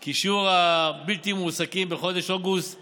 כי שיעור הבלתי-מועסקים בחודש אוגוסט